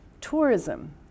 tourism